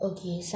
Okay